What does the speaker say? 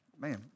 Man